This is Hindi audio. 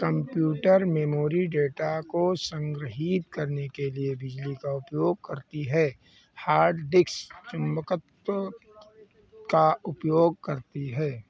कंप्यूटर मेमोरी डेटा को संगृहीत करने के लिए बिजली का उपयोग करती है हार्ड डिक्स चुंबकत्व का उपयोग करती है